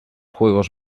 juegos